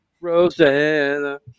Rosanna